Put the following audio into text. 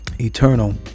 eternal